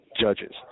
judges